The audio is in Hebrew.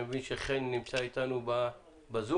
אני מבין שחן נמצא אתנו ב-זום.